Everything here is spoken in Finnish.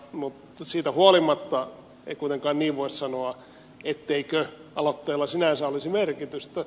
mutta siitä huolimatta ei kuitenkaan niin voi sanoa ettei aloitteella sinänsä olisi merkitystä